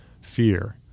fear